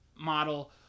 model